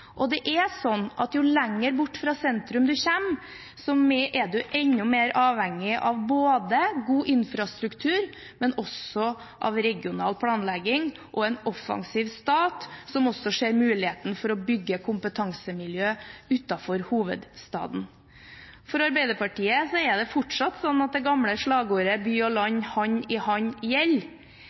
Det er sånn at jo lenger bort fra sentrum en kommer, jo mer er man avhengig både av god infrastruktur, av regional planlegging og av en offensiv stat som også ser muligheten for å bygge kompetansemiljø utenfor hovedstaden. For Arbeiderpartiet er det fortsatt sånn at det gamle slagordet «By og land, hand i hand» gjelder,